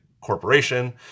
corporation